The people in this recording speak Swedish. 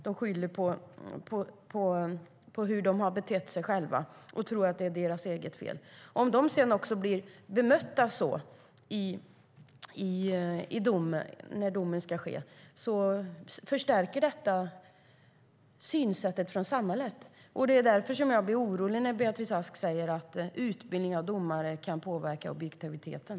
De skyller på hur de har betett sig och tror att det är deras eget fel. Om de sedan blir bemötta så när domen ska avgöras förstärker det synsättet från samhället. Det är därför som jag blir orolig när Beatrice Ask säger att utbildning av domare kan påverka objektiviteten.